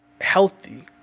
healthy